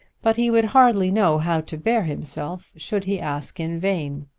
but he would hardly know how to bear himself should he ask in vain.